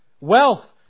wealth